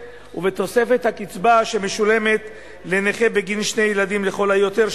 ובתוספת הקצבה שמשולמת לנכה בגין שני ילדים לכל היותר,